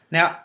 Now